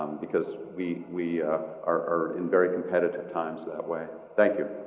because we we are in very competitive times that way. thank you.